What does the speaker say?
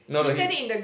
no no he